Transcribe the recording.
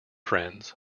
friends